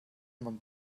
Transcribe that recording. man